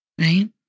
right